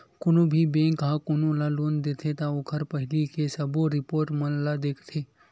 कोनो भी बेंक ह कोनो ल लोन देथे त ओखर पहिली के सबो रिपोट मन ल देखथे